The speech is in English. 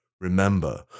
Remember